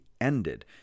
ended